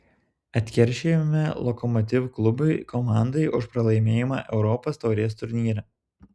atkeršijome lokomotiv klubui komandai už pralaimėjimą europos taurės turnyre